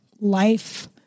life